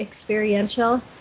experiential